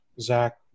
Zach